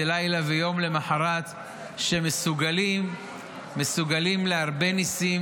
זה לילה ויום למוחרת שמסוגלים להרבה ניסים,